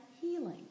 healing